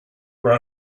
were